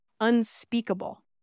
unspeakable